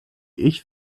ich